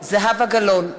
זהבה גלאון,